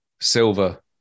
Silver